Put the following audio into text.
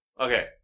Okay